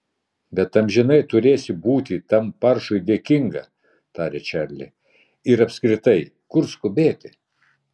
bet amžinai turėsi būti tam paršui dėkinga tarė čarli ir apskritai kur skubėti